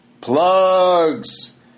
plugs